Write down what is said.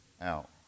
out